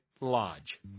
Lodge